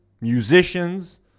musicians